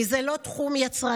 כי זה לא תחום יצרני.